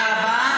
תודה רבה.